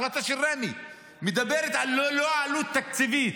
ההחלטה של רמ"י מדברת על ללא עלות תקציבית,